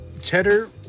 cheddar